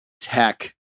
tech